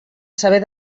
saber